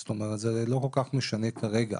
זאת אומרת זה לא כל כך משנה כרגע,